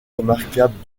remarquable